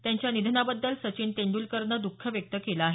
त्यांच्या निधनाबद्दल सचिन तेंडुलकरनं दःख व्यक्त केलं आहे